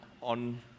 on